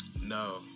No